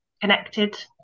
connected